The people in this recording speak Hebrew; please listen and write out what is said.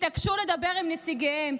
תתעקשו לדבר עם נציגיהם,